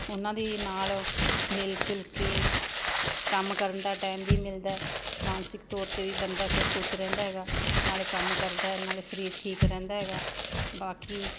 ਉਨ੍ਹਾਂ ਦੀ ਨਾਲ ਮਿਲ ਜੁਲ ਕੇ ਕੰਮ ਕਰਨ ਦਾ ਟੈਮ ਵੀ ਮਿਲਦਾ ਹੈ ਮਾਨਸਿਕ ਤੌਰ 'ਤੇ ਵੀ ਬੰਦਾ ਫਿਰ ਖੁਸ਼ ਰਹਿੰਦਾ ਹੈਗਾ ਨਾਲ ਕੰਮ ਕਰਦਾ ਹੈ ਨਾਲ ਸਰੀਰ ਠੀਕ ਰਹਿੰਦਾ ਹੈਗਾ ਬਾਕੀ